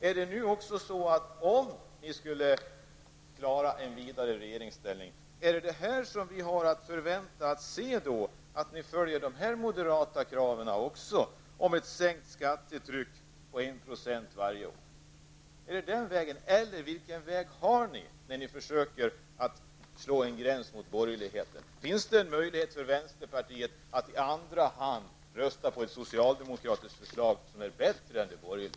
Kan vi, om ni klarar av att sitta kvar i regeringsställning, förvänta oss att ni också följer upp det moderata kravet på en sänkning av skattetrycket med 1 % varje år? Är det den vägen ni skall gå, eller vilken väg väljer ni i era försök att slå en gräns mot borgerligheten? Finns det en möjlighet för vänsterpartiet att i andra hand rösta på ett socialdemokratiskt förslag som är bättre än det borgerliga?